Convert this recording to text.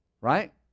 Right